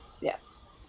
Yes